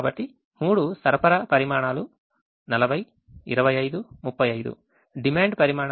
కాబట్టి 3 సరఫరా పరిమాణాలు 40 25 35 డిమాండ్ పరిమాణాలు 30 30 మరియు 40